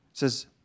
Says